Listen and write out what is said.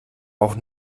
auch